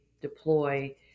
deploy